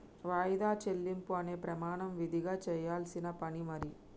వాయిదా చెల్లింపు అనే ప్రమాణం విదిగా చెయ్యాల్సిన పని మరి